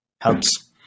helps